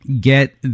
get